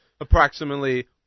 approximately